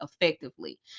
effectively